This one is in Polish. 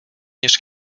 niż